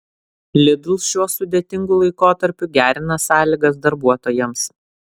lidl šiuo sudėtingu laikotarpiu gerina sąlygas darbuotojams